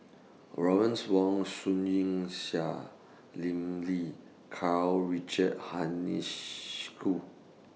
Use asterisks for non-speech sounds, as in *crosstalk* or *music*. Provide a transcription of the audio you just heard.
Lawrence Wong Shyun Tsai Lim Lee Karl Richard *unintelligible*